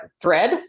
thread